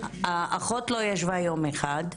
האחות לא ישבה יום אחד,